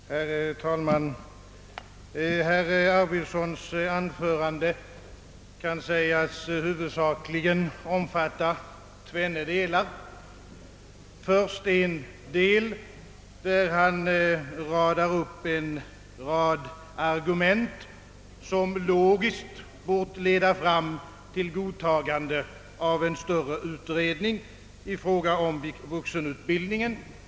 Herr talman! Herr Arvidsons anförande kan sägas huvudsakligen omfatta tvenne delar. I första delen presenterar han en rad argument, som logiskt sett bort leda fram till godtagande av en större utredning i fråga om vuxenutbildningen.